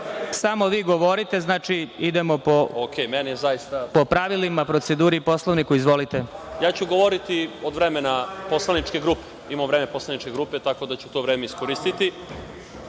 Samo vi govorite, znači, idemo po pravilima, proceduri, Poslovniku. **Radoslav Milojičić** Ok. Govoriću od vremena poslaničke grupe. Imamo vreme poslaničke grupe, tako da ću to vreme iskoristiti. Žao